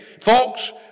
Folks